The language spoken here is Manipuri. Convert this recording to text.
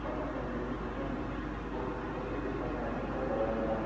ꯃꯊꯪꯗꯗꯤ ꯑꯗꯨꯝ ꯈꯤꯇꯪ ꯄꯣꯠꯁꯤꯠ ꯄꯣꯠꯁꯤꯠꯁꯤ ꯐꯅꯤꯡꯉꯥꯏ ꯑꯗꯨꯝ ꯈꯔ ꯇꯧꯔꯅꯤ ꯚꯥꯥꯏ